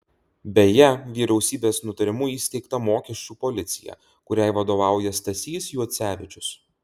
beje vyriausybės nutarimu įsteigta mokesčių policija kuriai vadovauja stasys juocevičius